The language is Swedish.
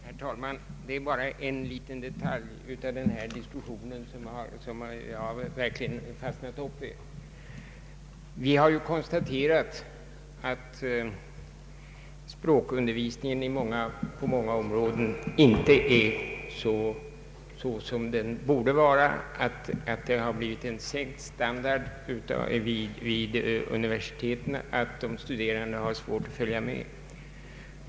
Herr talman! Det är en liten detalj i den här diskussionen som jag verkligen har fastnat för. Vi har ju konstaterat att språkundervisningen på många områden inte är som den borde vara, att det har blivit en sänkt standard vid universiteten, att de studerande har svårt att följa med.